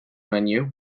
menu